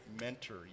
mentor